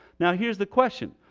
now here's the question.